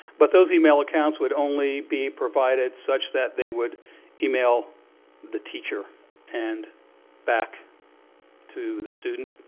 but those email accounts would only be provided such that they would email the teacher and back to the student,